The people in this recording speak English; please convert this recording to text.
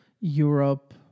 Europe